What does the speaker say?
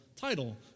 title